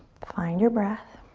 find your breath.